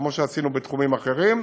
כמו שעשינו בתחומים אחרים,